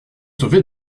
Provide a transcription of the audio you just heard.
sauver